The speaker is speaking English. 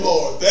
Lord